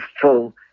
full